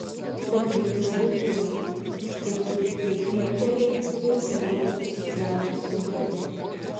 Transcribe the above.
bet liutnia nutyla stygos piktai dzingteli ir karina išsigandus sudreba